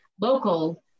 local